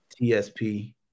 TSP